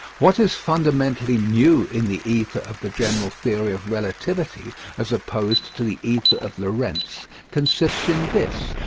what is fundamentally new in the ether of the general theory of relativity as opposed to the ether of lorentz consists in this,